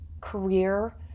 career